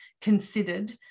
considered